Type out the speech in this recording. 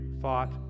thought